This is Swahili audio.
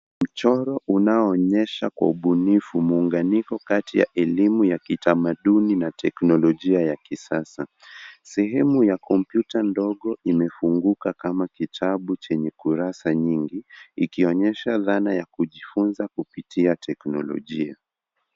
Mchoro unaoonyesha kwa ubunifu muunganyiko kati ya elimu ya kitamaduni na teknolojia ya kisasa. Sehemu ya kompyuta ndogo imefunguka kama kitabu chenye kurasa nyingi, ikionyesha dhana ya kujifunza kupitia teknolojia.